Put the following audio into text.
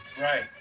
Right